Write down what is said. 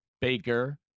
Baker